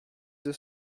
deux